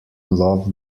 love